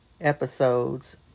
episodes